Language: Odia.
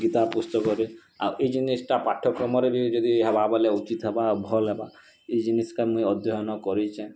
ଗୀତା ପୁସ୍ତକରେ ଆଉ ଏଇ ଜିନିଷଟା ପାଠ୍ୟକ୍ରମରେ ବି ଯଦି ହେବା ବୋଲେ ଉଚିତ୍ ହେବା ଆଉ ଭଲ୍ ହେବା ଏଇ ଜିନିଷ୍ କେ ମୁଇଁ ଅଧ୍ୟୟନ କରିଛେଁ